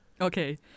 Okay